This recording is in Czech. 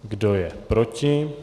Kdo je proti?